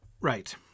right